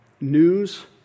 news